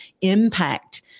impact